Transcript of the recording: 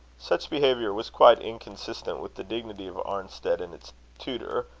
such behaviour was quite inconsistent with the dignity of arnstead and its tutor,